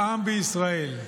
העם בישראל,